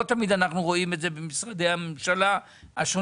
לא תמיד אנחנו רואים את זה במשרדי הממשלה השונים,